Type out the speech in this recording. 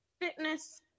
fitness